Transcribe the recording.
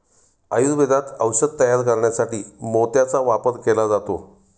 आयुर्वेदात औषधे तयार करण्यासाठी मोत्याचा वापर केला जातो